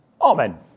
Amen